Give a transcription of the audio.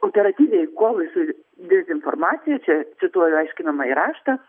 operatyviai kovai su dezinformacija čia cituoju aiškinamąjį raštą